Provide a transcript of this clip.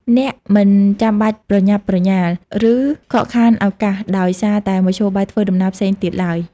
អ្នកមិនចាំបាច់ប្រញាប់ប្រញាល់ ឬខកខានឱកាសដោយសារតែមធ្យោបាយធ្វើដំណើរផ្សេងទៀតឡើយ។